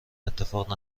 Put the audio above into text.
اتفاق